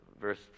verse